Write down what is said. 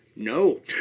No